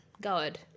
God